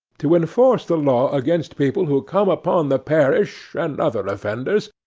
to enforce the law against people who come upon the parish, and other offenders,